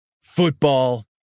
Football